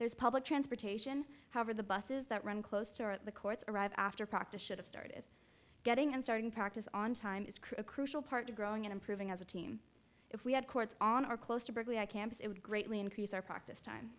there's public transportation however the buses that run close to the courts arrive after proctor should've started getting and starting practice on time is crucial part of growing and improving as a team if we had courts on or close to berkeley i campus it would greatly increase our practice time